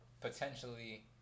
potentially